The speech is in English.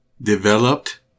Developed